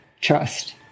trust